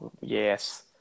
Yes